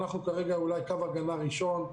אנחנו כרגע אולי קו הגנה ראשון,